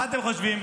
מה אתם חושבים?